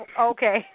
okay